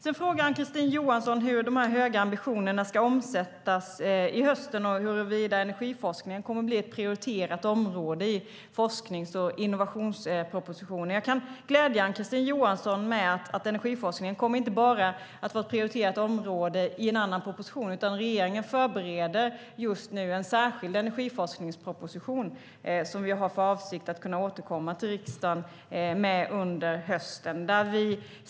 Sedan frågar Ann-Kristine Johansson hur de här höga ambitionerna ska omsättas i höst och huruvida energiforskningen kommer att bli ett prioriterat område i forsknings och innovationspropositionen. Jag kan glädja Ann-Kristine Johansson med att energiforskningen inte bara kommer att vara ett prioriterat område i en annan proposition, utan regeringen förbereder just nu en särskild energiforskningsproposition som vi har för avsikt att återkomma med till riksdagen under hösten.